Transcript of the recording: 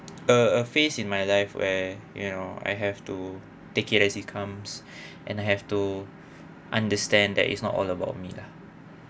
a a phase in my life where you know I have to take it as it comes and I have to understand that it's not all about me lah